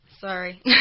Sorry